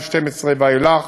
2012 ואילך,